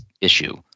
issue